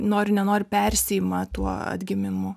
nori nenori persiima tuo atgimimu